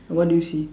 what do you see